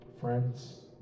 Friends